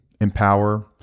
empower